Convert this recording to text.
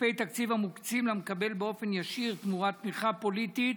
כספי תקציב המוקצים למקבל באופן ישיר תמורת תמיכה פוליטית